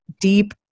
deep